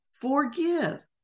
Forgive